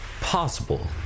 possible